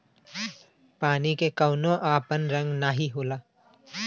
पानी के कउनो आपन रंग नाही होला